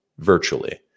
virtually